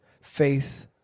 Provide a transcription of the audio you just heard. Faith